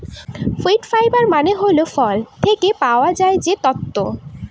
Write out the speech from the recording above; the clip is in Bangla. ফ্রুইট ফাইবার মানে হল ফল থেকে পাওয়া যায় যে তন্তু